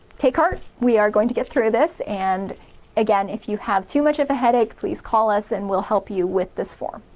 take heart, we are going to get through this and again, if you have too much of a headache please call us and we'll help you with this form.